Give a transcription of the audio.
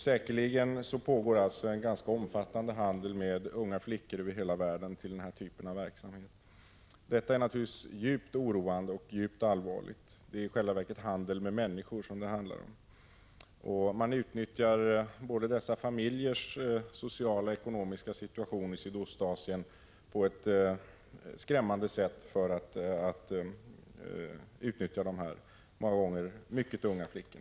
Säkerligen pågår alltså en ganska omfattande handel med unga flickor över hela världen till den här typen av verksamhet. Detta är naturligtvis djupt oroande och djupt allvarligt. Det är i själva verket fråga om handel med människor. Man utnyttjar den sociala och ekonomiska situation som familjer i Sydostasisen befinner sig i på ett skrämmande sätt genom denna handel med dessa ofta — Prot. 1985/86:130 mycket unga flickor.